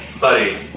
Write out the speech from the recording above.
buddy